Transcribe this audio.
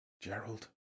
Gerald